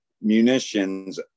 munitions